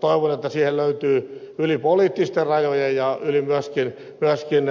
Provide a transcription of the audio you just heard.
toivon että siihen löytyy yli poliittisten rajojen ja myöskin